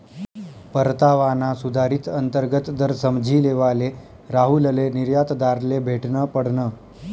परतावाना सुधारित अंतर्गत दर समझी लेवाले राहुलले निर्यातदारले भेटनं पडनं